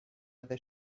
other